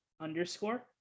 underscore